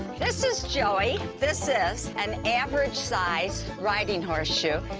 this is joey. this is an average sized riding horse shoe.